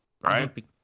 right